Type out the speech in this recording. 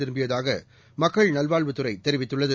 திரும்பியதாக மக்கள் நல்வாழ்வுத்துறை தெரிவித்துள்ளது